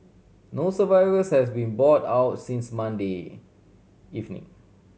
no survivors has been bought out since Monday evening